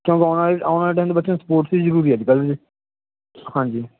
ਕਿਉਂ ਆਉਣ ਵਾਲੇ ਆਉਣ ਵਾਲੇ ਟਾਈਮ 'ਚ ਬੱਚਿਆਂ ਨੂੰ ਸਪੋਰਟਸ ਜ਼ਰੂਰੀ ਅੱਜ ਕੱਲ੍ਹ ਹਾਂਜੀ